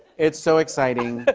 it's so exciting.